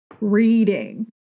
reading